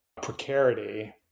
precarity